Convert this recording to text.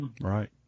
Right